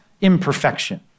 imperfection